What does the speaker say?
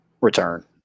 return